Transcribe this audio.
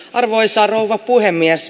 arvoisa rouva puhemies